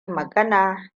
magana